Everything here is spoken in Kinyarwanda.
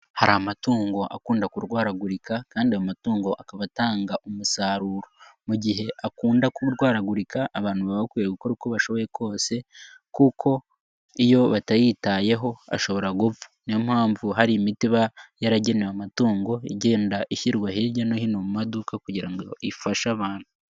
Hari amatungo akunda kurwaragurika kandi amatungo akaba atanga umusaruro, mu gihe akunda kurwaragurika, abantu baba bakwiye gukora uko bashoboye kose, kuko iyo batayitayeho ashobora gupfa, niyo mpamvu hari imiti iba yaragenewe amatungo igenda ishyirwa hirya no hino mu maduka kugira ngo ifashe abantu.